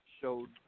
showed